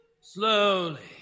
Slowly